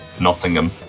Nottingham